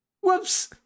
Whoops